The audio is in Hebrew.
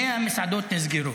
100 מסעדות נסגרו.